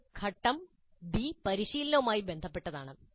തുടർന്ന് ഘട്ടം ബി പരിശീലനവുമായി ബന്ധപ്പെട്ടതാണ്